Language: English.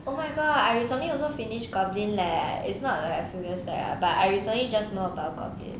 oh my god I recently also finished goblin leh it's not like a few years back ah but I recently just know about goblin